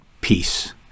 peace